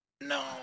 No